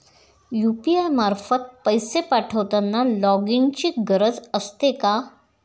UPI मार्फत पैसे पाठवताना लॉगइनची गरज असते का?